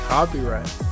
Copyright